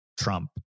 Trump